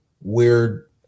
weird